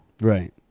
right